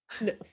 no